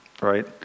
right